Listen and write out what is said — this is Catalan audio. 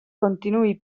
continuï